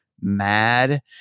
mad